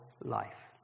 life